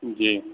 جی